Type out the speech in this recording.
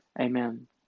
Amen